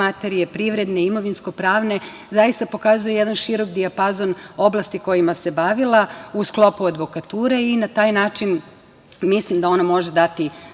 materije, privredne, imovinsko-pravne, zaista pokazuje jedan širok dijapazam oblasti kojima se bavila u sklopu advokature i na taj način mislim da ona može dati